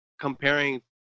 comparing